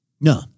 No